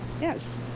yes